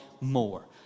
more